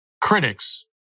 critics